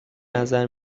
نظر